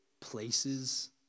places